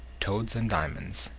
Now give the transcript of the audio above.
toads and diamonds